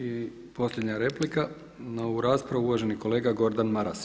I posljednja replika na ovu raspravu, uvaženi kolega Gordan Maras.